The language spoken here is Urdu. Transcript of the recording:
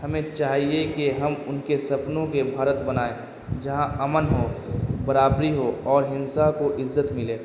ہمیں چاہیے کہ ہم ان کے سپنوں کے بھارت بنائیں جہاں امن ہو برابری ہو اور ہنسا کو عزت ملے